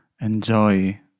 enjoy